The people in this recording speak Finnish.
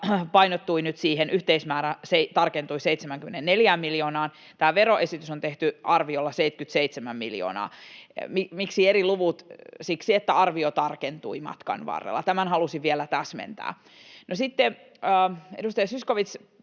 yhteismäärä tarkentui 74 miljoonaan — tämä veroesitys on tehty arviolla 77 miljoonaa. Miksi eri luvut? Siksi, että arvio tarkentui matkan varrella. Tämän halusin vielä täsmentää. No, sitten edustaja Zyskowicz